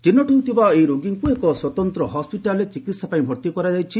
ଚିହ୍ନଟ ହୋଇଥିବା ଏହି ରୋଗୀଙ୍କୁ ଏକ ସ୍ୱତନ୍ତ୍ର ହସ୍ପିଟାଲରେ ଚିକିତ୍ସା ପାଇଁ ଭର୍ତ୍ତି କରାଯାଇଛି